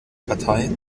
partei